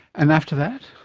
and after that?